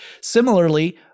Similarly